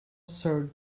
served